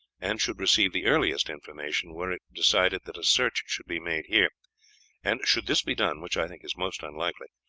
and should receive the earliest information were it decided that a search should be made here and should this be done, which i think is most unlikely,